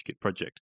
project